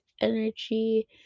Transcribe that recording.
energy